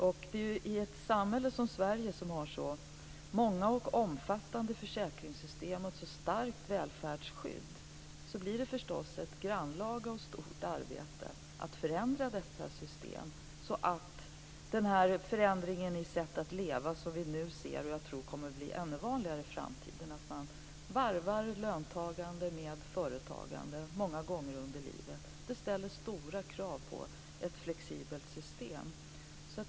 I ett samhälle som Sverige, som har så många och omfattande försäkringssystem och ett sådant starkt välfärdsskydd, är det förstås ett grannlaga och stort arbete att förändra dessa system. Den förändring i sättet att leva som vi nu ser och som jag tror kommer att bli ännu vanligare i framtiden - att man varvar löntagande med företagande många gånger under livet - ställer stora krav på ett flexibelt system.